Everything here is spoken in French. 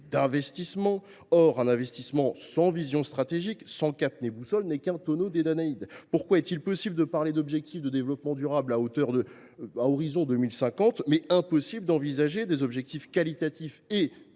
d’investissement. Or un investissement sans vision stratégique, sans cap ni boussole, n’est qu’un tonneau des Danaïdes. Pourquoi est il possible de fixer des objectifs de développement durable à l’horizon 2050, mais impossible d’envisager des objectifs qualitatifs et